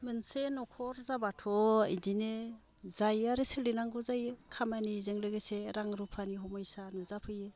मोनसे न'खर जाब्लाथ' इदिनो जायो आरो सोलिनांगौ जायो खामानिजों लोगोसे रां रुफानि समस्या नुजाफैयो